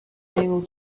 able